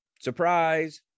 Surprise